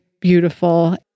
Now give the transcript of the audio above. beautiful